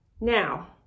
Now